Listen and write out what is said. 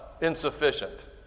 insufficient